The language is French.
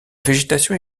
végétation